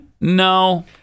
No